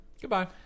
Goodbye